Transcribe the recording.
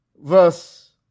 verse